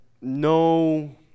no